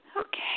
Okay